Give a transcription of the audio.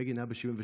ובגין היה ב-77'.